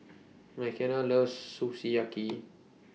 Mckenna loves Sukiyaki